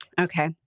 Okay